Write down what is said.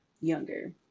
younger